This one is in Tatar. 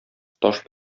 таш